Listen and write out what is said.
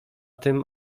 tym